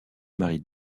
marie